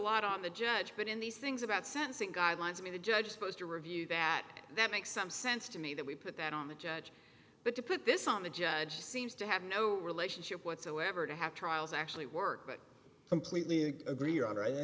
lot on the judge but in these things about sentencing guidelines i mean the judge supposed to review that that makes some sense to me that we put that on the judge but to put this on the judge seems to have no relationship whatsoever to have trials actually work but completely agree or